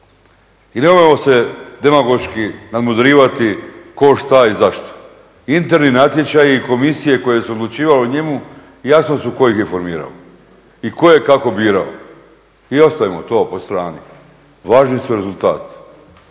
I nemojmo se demagoški nadmudrivati tko šta i zašto. Interni natječaji i komisije koje su odlučivale o njemu jasno su ko ih je formirao i ko je kako birao i ostavimo to postrani. Važni su rezultati.